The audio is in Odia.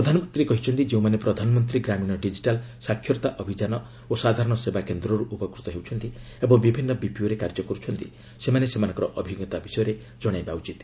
ପ୍ରଧାନମନ୍ତ୍ରୀ କହିଛନ୍ତି ଯେଉଁମାନେ ପ୍ରଧାନମନ୍ତ୍ରୀ ଗ୍ରାମୀଣ ଡିକିଟାଲ୍ ସାକ୍ଷରତା ଅଭିଯାନ ଓ ସାଧାରଣ ସେବାକେନ୍ଦ୍ରରୁ ଉପକୃତ ହେଉଛନ୍ତି ଏବଂ ବିଭିନ୍ନ ବିପିଓରେ କାର୍ଯ୍ୟ କରୁଛନ୍ତି ସେମାନେ ସେମାନଙ୍କର ଅଭିଜ୍ଞତା ବିଷୟରେ ଜଣାଇବା ଉଚିତ